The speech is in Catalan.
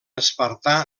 espartà